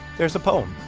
there's a poem